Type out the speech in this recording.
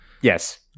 Yes